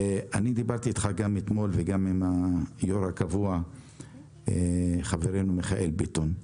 אני דיברתי אתך אתמול וגם אם היושב הראש הקבע חברנו מיכאל ביטון.